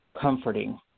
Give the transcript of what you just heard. comforting